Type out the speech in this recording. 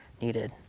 needed